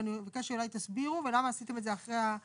אבל אני מבקשת שאולי תסבירו ולמה עשיתם את זה אחרי הסכימה